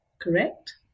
correct